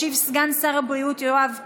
ישיב סגן שר הבריאות יואב קיש.